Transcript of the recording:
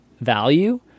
value